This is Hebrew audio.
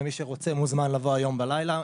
ומי שרוצה מוזמן לבוא היום בלילה,